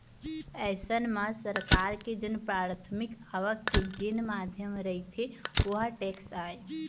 अइसन म सरकार के जेन पराथमिक आवक के जेन माध्यम रहिथे ओहा टेक्स आय